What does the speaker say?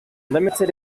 limited